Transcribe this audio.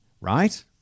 right